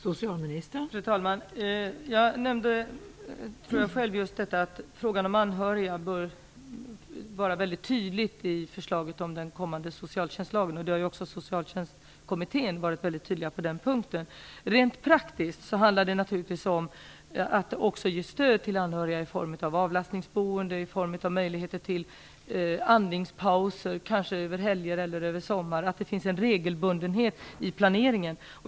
Fru talman! Jag nämnde själv att frågan om de anhöriga bör vara mycket tydlig i förslaget om den kommande socialtjänstlagen. Också i Socialtjänstkommittén har man varit väldig tydlig på den punkten. Rent praktiskt handlar det naturligtvis också om att ge stöd till anhöriga i form av avlastningsboende, möjligheter till andningspauser, kanske över helger eller somrar, och om att det finns en regelbundenhet i planeringen.